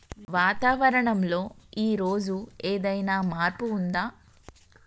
వాతావరణం లో ఈ రోజు ఏదైనా మార్పు ఉందా?